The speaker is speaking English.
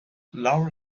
lower